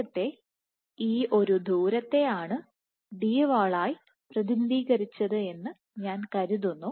നേരത്തെ ഈ ഒരു ദൂരത്തെ ആണ് Dwall ആയി പ്രതിനിധീകരിച്ചത് എന്ന് ഞാൻ കരുതുന്നു